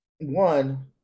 one